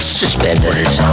suspenders